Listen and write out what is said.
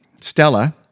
Stella